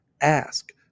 ask